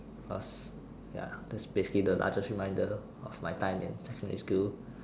cause ya the space is the largest reminder of my time in secondary school